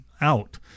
out